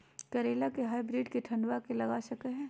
करेला के हाइब्रिड के ठंडवा मे लगा सकय हैय?